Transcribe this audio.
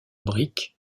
briques